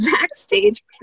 backstage